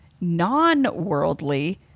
non-worldly